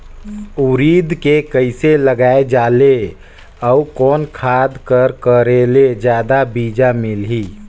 उरीद के कइसे लगाय जाले अउ कोन खाद कर करेले जादा बीजा मिलही?